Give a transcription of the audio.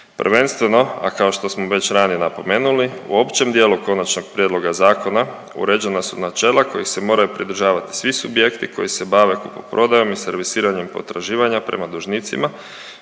Prvenstveno, a kao što smo već ranije napomenuli, u općem dijelu konačnog prijedloga zakona uređena su načela kojih se moraju pridržavati svi subjekti koji se bave kupoprodajom i serviranjem potraživanja prema dužnicima,